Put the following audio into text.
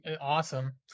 awesome